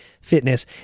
Fitness